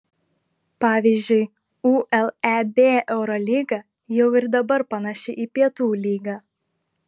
pavyzdžiui uleb eurolyga jau ir dabar panaši į pietų lygą